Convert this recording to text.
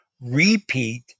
repeat